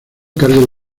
cargo